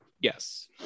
Yes